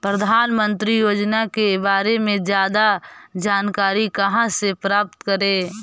प्रधानमंत्री योजना के बारे में जादा जानकारी कहा से प्राप्त करे?